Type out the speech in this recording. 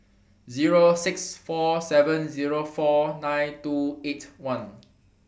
six four seven four nine two eight one